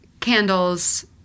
candles